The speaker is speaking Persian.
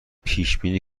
پیشبینی